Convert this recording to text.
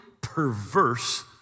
perverse